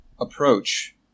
approach